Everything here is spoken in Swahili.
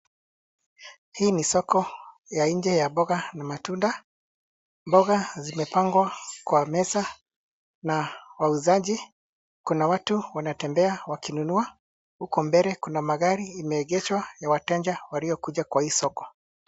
Hii ni soko ya nje ya mboga na matunda. Mboga zimepandwa kwa meza na wauzaji. Kuna watu wanatembea wakinunua, huko mbele kuna magari imeegeshwa ya wateja waliokuja kwa hii soko.